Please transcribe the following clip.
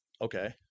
okay